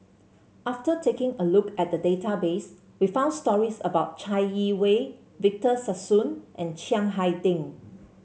after taking a look at database we found stories about Chai Yee Wei Victor Sassoon and Chiang Hai Ding